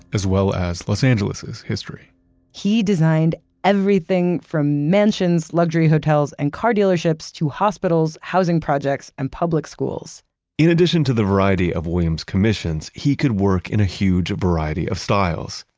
as well as los angeles's history he designed everything, from mansions, luxury hotels, and car dealerships, to hospitals, housing projects, and public schools in addition to the variety of williams' commissions, he could work in a huge variety of styles.